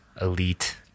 elite